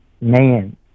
man